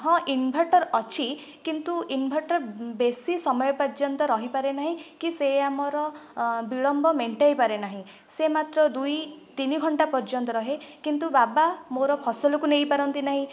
ହଁ ଇନ୍ଭଟର୍ ଅଛି କିନ୍ତୁ ଇନ୍ଭଟର୍ ଉଁ ବେଶୀ ସମୟ ପର୍ଯ୍ୟନ୍ତ ରହିପାରେ ନାହିଁ କି ସେ ଆମର ବିଳମ୍ବ ମେଣ୍ଟେଇପାରେ ନାହିଁ ସେ ମାତ୍ର ଦୁଇ ତିନି ଘଣ୍ଟା ପର୍ଯ୍ୟନ୍ତ ରହେ କିନ୍ତୁ ବାବା ମୋର ଫସଲକୁ ନେଇପାରନ୍ତି ନାହିଁ